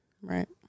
Right